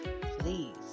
please